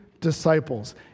disciples